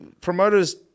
promoters